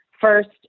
First